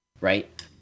Right